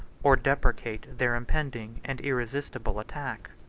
or deprecate their impending and irresistible attack.